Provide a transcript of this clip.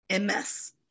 MS